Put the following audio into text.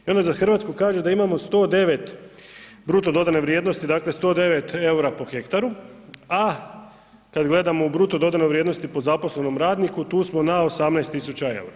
I onda za Hrvatsku kaže da imamo 109 bruto dodane vrijednosti, dakle 109 EUR-a po hektaru, a kad gledamo u bruto dodanoj vrijednosti po zaposlenom radniku tu smo na 18.000 EUR-a.